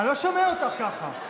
אני לא שומע אותך ככה.